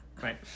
right